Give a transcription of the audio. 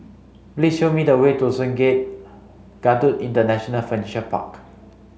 please show me the way to Sungei Kadut International Furniture Park